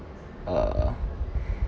err